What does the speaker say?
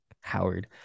Howard